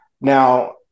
Now